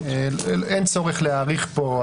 אין צורך להעריך פה,